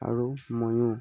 আৰু মইয়ো